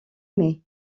mai